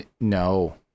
No